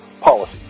policy